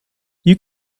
you